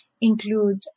include